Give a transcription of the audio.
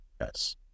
Yes